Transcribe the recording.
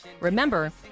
remember